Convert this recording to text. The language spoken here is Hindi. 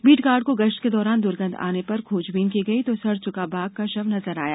बीट गार्ड को गश्त के दौरान दुर्गन्ध आने पर खोजबीन की गई तो सड़ चुका बाघ का शव नजर आया